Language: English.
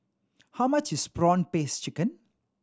how much is prawn paste chicken